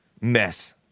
Mess